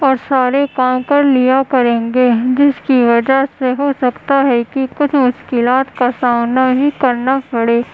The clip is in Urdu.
اور سارے کام کر لیا کریں گے جس کی وجہ سے ہو سکتا ہے کہ کچھ مشکلات کا سامنا بھی کرنا پڑے